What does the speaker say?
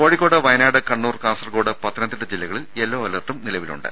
കോഴിക്കോട് വയനാട് കണ്ണൂർ കാസർകോട് പത്തനംതിട്ട ജില്ലകളിൽ യെല്ലോ അലർട്ടും നിലവിലുണ്ട്